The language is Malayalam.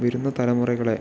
വരുന്ന തലമുറകളെ